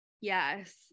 Yes